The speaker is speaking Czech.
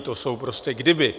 To jsou prostě kdyby.